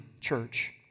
church